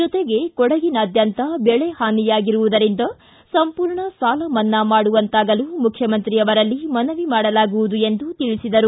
ಜೊತೆಗೆ ಕೊಡಗಿನಾದ್ಯಂತ ಬೆಳೆ ಹಾನಿಯಾಗಿರುವುದರಿಂದ ಸಂಪೂರ್ಣ ಸಾಲ ಮನ್ನಾ ಮಾಡುವಂತಾಗಲು ಮುಖ್ಯಮಂತ್ರಿ ಅವರಲ್ಲಿ ಮನವಿ ಮಾಡಲಾಗುವುದು ಎಂದು ತಿಳಿಸಿದರು